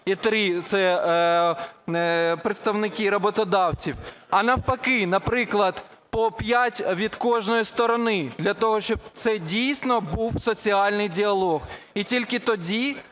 і три – це представники роботодавців, а навпаки, наприклад, по п'ять від кожної сторони, для того, щоб це дійсно був соціальний діалог. І тільки тоді